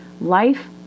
Life